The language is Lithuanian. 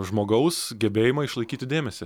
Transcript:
žmogaus gebėjimą išlaikyti dėmesį